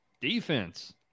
Defense